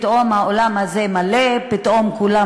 פתאום האולם הזה מלא, פתאום כולם